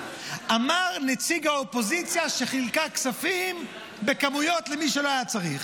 אמר נציג האופוזיציה שחילקה כספים בכמויות למי שלא היה צריך.